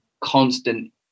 constant